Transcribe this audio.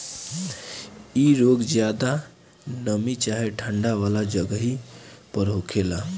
इ रोग ज्यादा नमी चाहे ठंडा वाला जगही पर होखेला